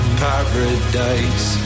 paradise